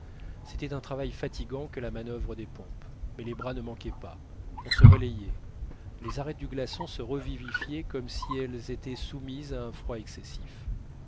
c'était un travail fatigant que la manoeuvre des pompes mais les bras ne manquaient pas on se relayait les arêtes du glaçon se revivifiaient comme si elles étaient soumises à un froid excessif